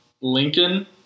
Lincoln